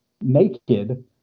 naked